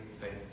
faith